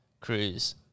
cruise